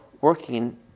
working